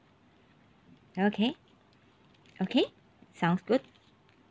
okay okay sounds good